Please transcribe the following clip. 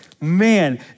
Man